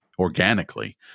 organically